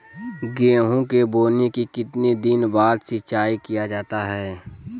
गेंहू के बोने के कितने दिन बाद सिंचाई किया जाता है?